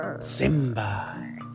Simba